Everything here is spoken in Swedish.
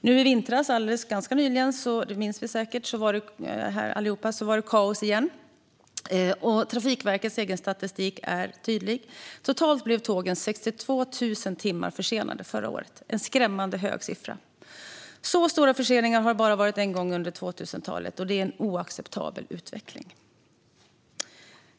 Nu i vintras, alltså ganska nyligen, var det kaos igen; det minns vi säkert allihop. Trafikverkets egen statistik är tydlig: Totalt blev tågen 62 000 timmar försenade förra året. Det är en skrämmande hög siffra. Så stora förseningar har det bara varit en gång under 2000-talet, och det är en oacceptabel utveckling.